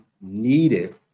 needed